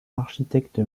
architecte